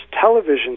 television